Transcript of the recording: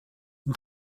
une